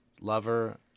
lover